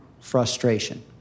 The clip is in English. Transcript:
frustration